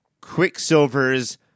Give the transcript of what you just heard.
Quicksilver's